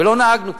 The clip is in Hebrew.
ולא נהגנו כך.